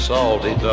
Salty